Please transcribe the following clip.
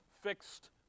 fixed